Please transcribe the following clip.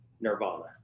nirvana